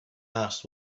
asked